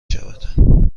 شود